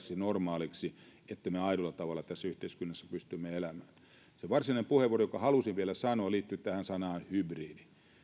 normaaliksi että me aidolla tavalla tässä yhteiskunnassa pystymme elämään se varsinainen puheenvuoro jonka halusin vielä pitää liittyy tähän sanaan hybridi